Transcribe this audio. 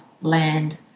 land